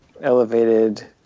elevated